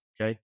Okay